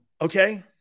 Okay